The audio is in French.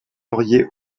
auriez